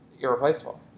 irreplaceable